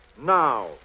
now